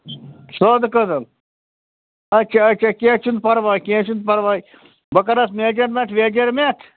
سٲدٕ کٔدٕل اَچھا اَچھا کیٚنٛہہ چھُنہٕ پرواے کیٚنٛہہ چھُنہٕ پرواے بہٕ کَرَس میجرمٮ۪نٛٹ ویجرمٮ۪نٛٹ